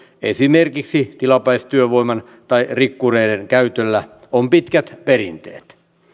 esimerkiksi tilapäistyövoiman tai rikkureiden käytöllä on pitkät perinteet